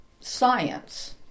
science